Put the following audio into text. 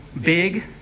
big